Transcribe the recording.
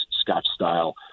Scotch-style